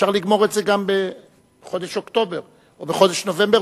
אפשר לגמור את זה בחודש אוקטובר או בחודש נובמבר,